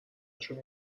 شما